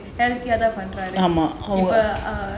தான் பண்றாரு:thaan pandraru